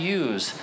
use